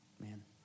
Man